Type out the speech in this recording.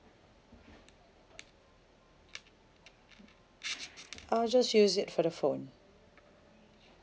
I'll just use it for the phone